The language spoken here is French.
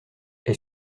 est